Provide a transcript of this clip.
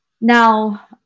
Now